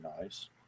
nice